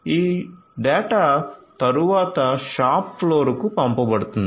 ఈ డేటా తరువాత షాప్ ఫ్లోర్కు పంపబడుతుంది